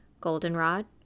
goldenrod